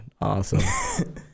awesome